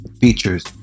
features